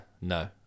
No